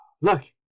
Look